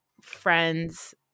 friends